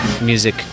music